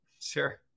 Sure